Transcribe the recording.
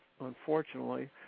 unfortunately